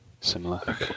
similar